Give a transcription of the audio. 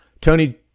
tony